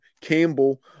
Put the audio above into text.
Campbell –